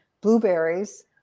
blueberries